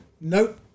Nope